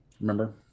remember